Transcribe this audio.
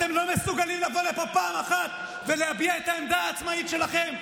אתם לא מסוגלים לבוא לפה פעם אחת ולהביע את העמדה העצמאית שלכם?